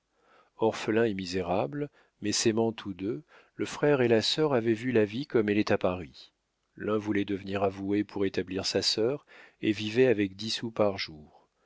orphelins et misérables mais s'aimant tous deux le frère et la sœur avaient vu la vie comme elle est à paris l'un voulait devenir avoué pour établir sa sœur et vivait avec dix sous par jour